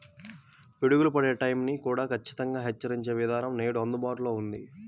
పిడుగులు పడే టైం ని కూడా ఖచ్చితంగా హెచ్చరించే విధానం నేడు అందుబాటులో ఉంది